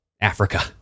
Africa